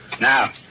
Now